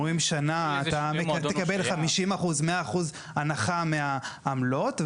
אומרים שנה אתה תקבל 50%, 100% הנחה מהעמלות.